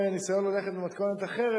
או ניסיון ללכת במתכונת אחרת,